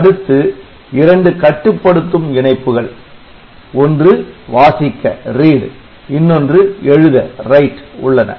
அடுத்து இரண்டு கட்டுப்படுத்தும் இணைப்புகள் ஒன்று வாசிக்க இன்னொன்று எழுத உள்ளன